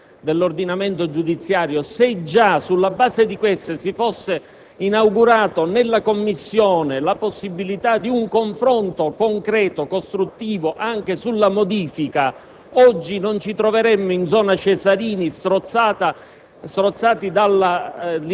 in relazione alla modifica dell'ordinamento giudiziario, se già sulla base di queste si fosse inaugurata in Commissione la possibilità di un confronto concreto e costruttivo anche sulla modifica, oggi non ci troveremmo in «zona Cesarini», strozzati